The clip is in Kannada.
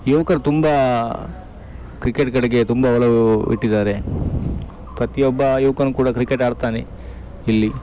ಯುವಕರು ತುಂಬ ಕ್ರಿಕೆಟ್ಗಳಿಗೆ ತುಂಬ ಒಲವು ಇಟ್ಟಿದಾರೆ ಪ್ರತಿಯೊಬ್ಬ ಯುವಕನು ಕೂಡ ಕ್ರಿಕೆಟ್ ಆಡ್ತಾನೆ ಇಲ್ಲಿ